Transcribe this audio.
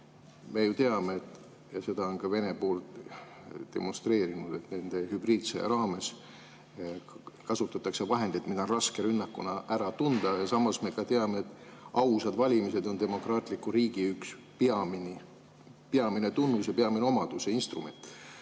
Me ju teame, seda on ka Vene pool demonstreerinud, et hübriidsõja raames kasutatakse vahendeid, mida on raske rünnakuna ära tunda. Samas me ka teame, et ausad valimised on demokraatliku riigi üks peamine tunnus ja peamine instrument.